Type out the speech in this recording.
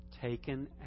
taken